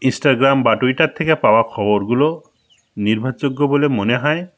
Instagram বা Twitter থেকে পাওয়া খবরগুলো নির্ভারযোগ্য বলে মনে হয়